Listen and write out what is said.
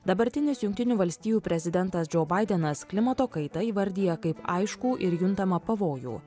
dabartinis jungtinių valstijų prezidentas džo baidenas klimato kaitą įvardija kaip aiškų ir juntamą pavojų